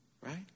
Right